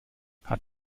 hat